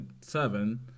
seven